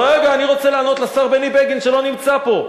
רגע, אני רוצה לענות לשר בני בגין, שלא נמצא פה.